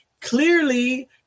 clearly